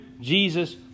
Jesus